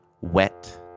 wet